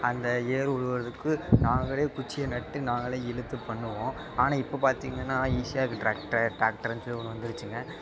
அந்த ஏர் உழுவதற்கு நாங்களே குச்சியை நட்டு நாங்களே இழுத்து பண்ணுவோம் ஆனால் இப்போ பார்த்திங்கன்னா ஈஸியாக இருக்குது ட்ராக்டர் ட்ராக்டர்னு சொல்லி ஒன்று வந்துருச்சிங்க